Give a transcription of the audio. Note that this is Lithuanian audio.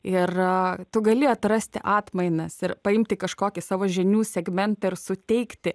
ir tu gali atrasti atmainas ir paimti kažkokį savo žinių segmentą ir suteikti